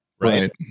Right